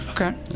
okay